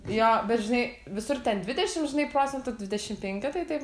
jo bet žinai visur ten dvidešim procentų dvidešim penki tai taip